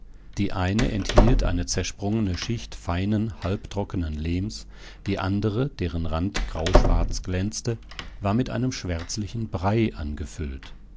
die eine enthielt eine zersprungene schicht feinen halbtrockenen lehms die andere deren rand grauschwarz glänzte war mit einem schwärzlichen brei angefüllt